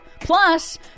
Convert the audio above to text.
Plus